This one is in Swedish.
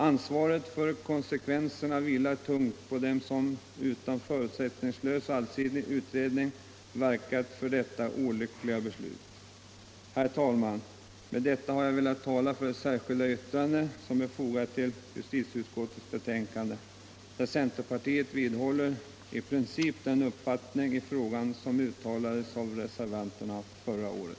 Ansvaret för konsekvenserna vilar tungt på dem som utan förutsättningslös och allsidig utredning verkat för detta olyckliga beslut. Herr talman! Med detta har jag velat tala för det särskilda yttrande som är fogat till justitieutskottets betänkande, där centerpartiet i princip vidhåller den uppfattning i frågan som uttalades av reservanterna förra året.